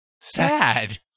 sad